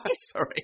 Sorry